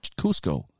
Cusco